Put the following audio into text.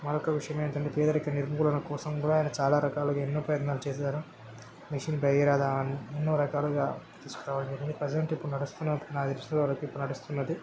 మరొక విషయం ఏమిటంటే పేదరిక నిర్మూలన కోసం కూడా ఆయన చాలా రకాలుగా ఎన్నో ప్రయత్నాలు చేశారు మిషన్ భగీరథ ఎన్నోరకాలుగా తీసుకురావడం జరిగింది ప్రజెంట్ ఇప్పుడు నడుస్తున్న నాకు తెలిసినంత వరకు ఇప్పుడు నడుస్తున్నది